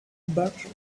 butter